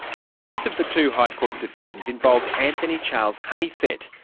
the first of the two high court decisions involved anthony charles honeysett.